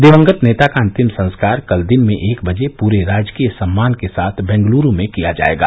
दिवंगत नेता का अंतिम संस्कार कल दिन में एक बजे पूरे राजकीय सम्मान के साथ बेंगलुरु में किया जाएगा